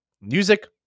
music